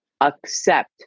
accept